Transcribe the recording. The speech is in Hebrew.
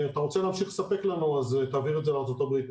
אם אתה רוצה לספק לנו אז תעביר את זה לארצות הברית,